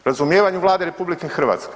Razumijevanju Vlade RH.